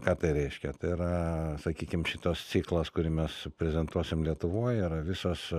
ką tai reiškia tai yra sakykim šitas ciklas kurį mes pretenduosim lietuvoj yra visos